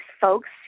folks